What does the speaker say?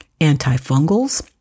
antifungals